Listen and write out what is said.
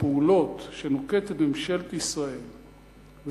הפעולות שממשלת ישראל נוקטת,